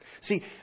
see